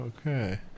Okay